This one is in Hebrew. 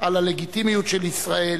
על הלגיטימיות של ישראל,